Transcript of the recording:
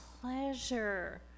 pleasure